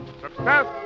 Success